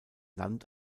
land